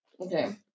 Okay